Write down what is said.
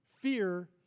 Fear